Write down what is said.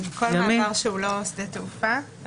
כל מעבר שהוא לא שדה תעופה,